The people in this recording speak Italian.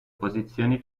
posizioni